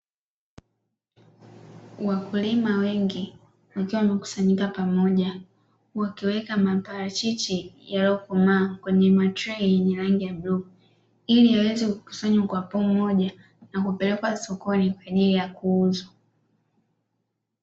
Wakulima wengi wakiwa wamekusanyika pamoja wakiweka maparachichi yaliyokomaa kwenye matrei yenye rangi ya bluu, ili yaweze kukusanywa kwa pamoja na kupelekwa sokoni kwa ajili ya kuuzwa.